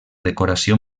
decoració